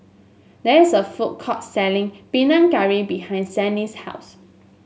there is a food court selling Panang Curry behind Sannie's house